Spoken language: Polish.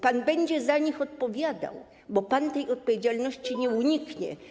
Pan będzie za nich odpowiadał, pan tej odpowiedzialności nie uniknie.